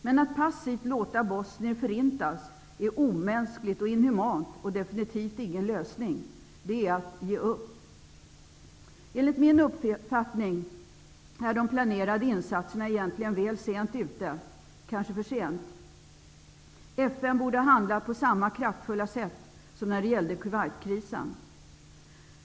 Men att passivt låta Bosnien förintas är omänskligt och inhumant och definitivt ingen lösning. Det är att ge upp. Enligt min uppfattning är de planerade insatserna egentligen väl sent ute, kanske för sent. FN borde ha handlat på samma kraftfulla sätt som när det gällde Kuwaitkrisen.